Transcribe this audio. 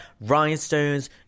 Rhinestones